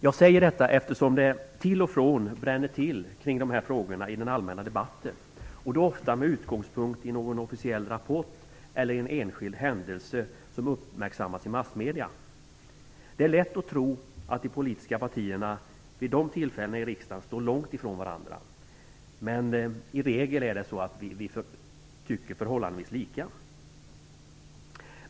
Jag säger detta eftersom det till och från bränner till kring de här frågorna i den allmänna debatten; ofta med utgångspunkt i någon officiell rapport eller i en enskild händelse som uppmärksammats i massmedierna. Det är lätt att tro att de politiska partierna vid de tillfällena i riksdagen står långt från varandra, men i regel tycker vi förhållandevis lika.